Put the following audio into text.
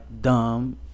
dumb